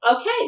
Okay